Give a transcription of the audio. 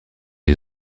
les